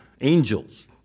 angels